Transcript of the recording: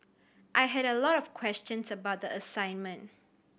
I had a lot of questions about the assignment